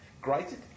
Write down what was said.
grated